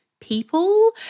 people